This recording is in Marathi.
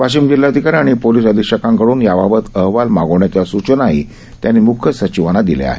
वाशीम जिल्हाधिकारी आणि पोलीस अधीक्षकांकडून याबाबत अहवाल मागवण्याच्या सूचनाही त्यांनी मूख्य सचिवांना दिल्या आहेत